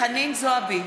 חנין זועבי,